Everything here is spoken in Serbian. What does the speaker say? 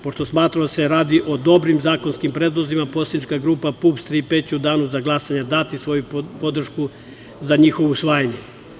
Pošto smatramo da se radi o dobrim zakonskim predlozima, Poslanička grupa PUPS „Tri P“ će u danu za glasanje dati svoju podršku za njihovo usvajanje.